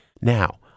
now